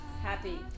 Happy